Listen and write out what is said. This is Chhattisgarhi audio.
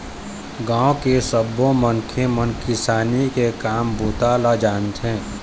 गाँव के सब्बो मनखे मन किसानी के काम बूता ल जानथे